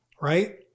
right